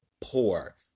poor